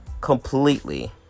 completely